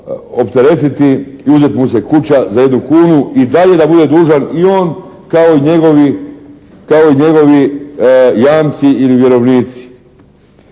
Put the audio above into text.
opteretiti i uzeti mu se kuća za 1 kunu i dalje da bude dužan i on kao i njegovi jamci ili vjerovnici.